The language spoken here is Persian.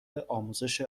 آموزش